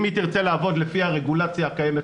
אם היא תרצה לעבוד לפי הרגולציה הקיימת